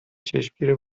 چشمگیر